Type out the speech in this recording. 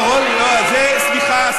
סליחה,